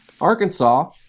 Arkansas